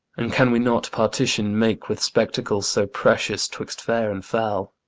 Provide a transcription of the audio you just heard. and can we not partition make with spectacles so precious twixt fair and foul?